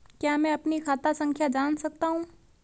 क्या मैं अपनी खाता संख्या जान सकता हूँ?